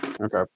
Okay